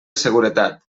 seguretat